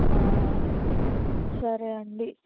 ఆ సరే అండి